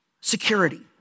security